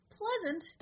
pleasant